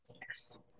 yes